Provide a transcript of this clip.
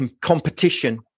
competition